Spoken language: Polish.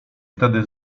wtedy